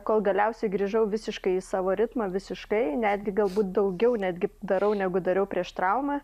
kol galiausiai grįžau visiškai į savo ritmą visiškai netgi galbūt daugiau netgi darau negu dariau prieš traumą